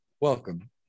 Welcome